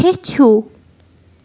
ہیٚچھِو